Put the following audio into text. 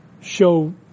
show